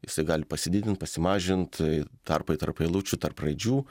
jisai gali pasididint pasimažint a tarpai tarp eilučių tarp raidžių